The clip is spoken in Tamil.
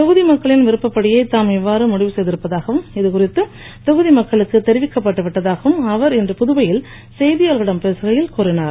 தொகுதி மக்களின் விருப்பப் படியே தாம் இவ்வாறு முடிவு செய்திருப்பதாகவும் இது குறித்து தொகுதி மக்களுக்கு தெரிவிக்கப்பட்டு விட்டதாகவும் அவர் இன்று புதுவையில் செய்தியாளர்களிடம் பேசுகையில் கூறினார்